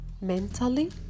mentally